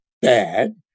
Bad